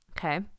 Okay